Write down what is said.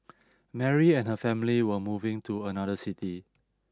Mary and her family were moving to another city